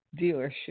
dealership